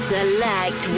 Select